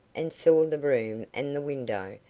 and saw the room and the window,